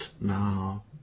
now